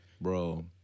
bro